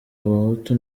abahutu